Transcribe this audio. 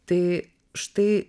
tai štai